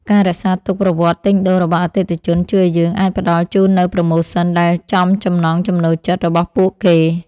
ការរក្សាទុកប្រវត្តិទិញដូររបស់អតិថិជនជួយឱ្យយើងអាចផ្ដល់ជូននូវប្រូម៉ូសិនដែលចំចំណង់ចំណូលចិត្តរបស់ពួកគេ។